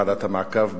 ועדת המעקב,